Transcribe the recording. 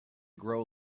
grow